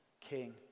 king